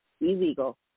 illegal